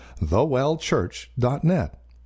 thewellchurch.net